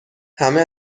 همه